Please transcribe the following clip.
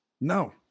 No